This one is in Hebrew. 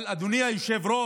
אבל, אדוני היושב-ראש,